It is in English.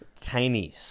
Tiny